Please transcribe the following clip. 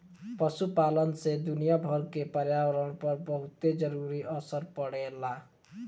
पशुपालन से दुनियाभर के पर्यावरण पर बहुते जरूरी असर पड़ेला